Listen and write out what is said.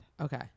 okay